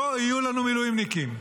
לא יהיו לנו מילואימניקים.